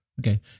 Okay